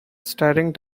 staring